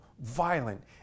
violent